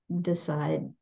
decide